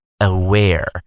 aware